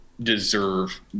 deserve